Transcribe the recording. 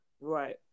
Right